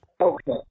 Okay